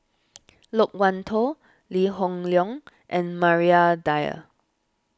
Loke Wan Tho Lee Hoon Leong and Maria Dyer